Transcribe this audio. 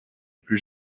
plus